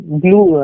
blue